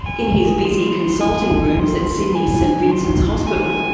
in his busy consulting rooms at sydney's st vincent hospital,